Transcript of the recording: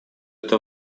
это